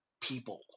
people